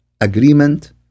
agreement